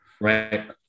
right